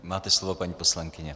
Máte slovo, paní poslankyně.